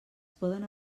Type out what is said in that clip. poden